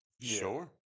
Sure